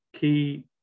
key